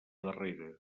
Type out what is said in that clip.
darrere